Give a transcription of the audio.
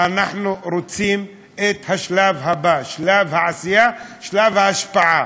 אנחנו רוצים את השלב הבא, שלב העשייה, שלב ההשפעה.